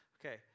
Okay